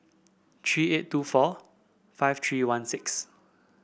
three eight two four five three one six